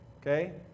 Okay